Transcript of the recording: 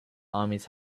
armies